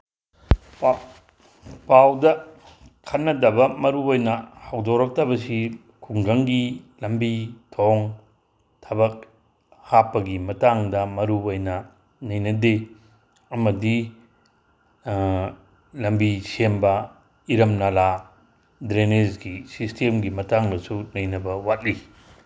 ꯄꯥꯎ ꯄꯥꯎꯗ ꯈꯟꯅꯗꯕ ꯃꯔꯨꯑꯣꯏꯅ ꯍꯧꯗꯣꯔꯛꯇꯕꯁꯤ ꯈꯨꯡꯒꯪꯒꯤ ꯂꯝꯕꯤ ꯊꯣꯡ ꯊꯕꯛ ꯍꯥꯞꯄꯒꯤ ꯃꯇꯥꯡꯗ ꯃꯔꯨꯑꯣꯏꯅ ꯅꯩꯅꯗꯦ ꯑꯃꯗꯤ ꯂꯝꯕꯤ ꯁꯦꯝꯕ ꯏꯔꯝ ꯅꯂꯥ ꯗ꯭ꯔꯦꯅꯦꯖꯀꯤ ꯁꯤꯁꯇꯦꯝꯒꯤ ꯃꯇꯥꯡꯗꯁꯨ ꯅꯩꯅꯕ ꯋꯥꯠꯂꯤ